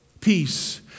peace